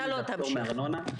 פטור מארנונה.